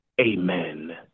Amen